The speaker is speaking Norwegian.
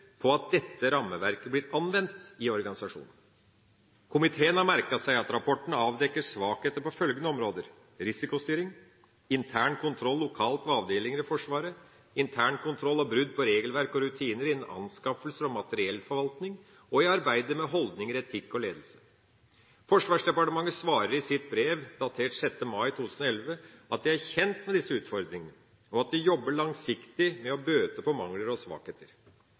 på at dette rammeverket blir anvendt i organisasjonen. Komiteen har merket seg at rapporten avdekker svakheter på følgende områder: risikostyring, intern kontroll lokalt ved avdelinger i Forsvaret, intern kontroll og brudd på regelverk og rutiner innen anskaffelser og materiellforvaltning og i arbeidet med holdninger, etikk og ledelse. Forsvarsdepartementet svarer i sitt brev datert 6. mai 2011 at de er kjent med disse utfordringene, og at de jobber langsiktig med å bøte på mangler og svakheter.